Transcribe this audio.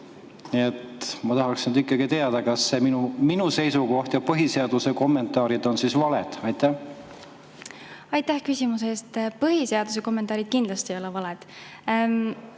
ma tahaksin ikkagi teada, kas minu seisukoht ja põhiseaduse kommentaarid on siis valed. Aitäh küsimuse eest! Põhiseaduse kommentaarid kindlasti ei ole valed.